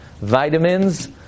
Vitamins